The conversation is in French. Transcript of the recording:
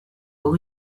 pour